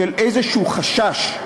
של איזשהו חשש,